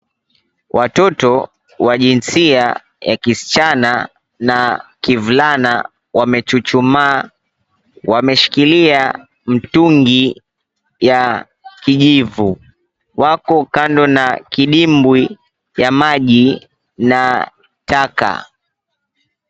Watoto wa jinsia ya kischana na kivulana wamechuchumaa. Wameshikilia mtungi ya kijivu. Wako kando na kidimbwi ya maji na taka.